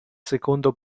secondo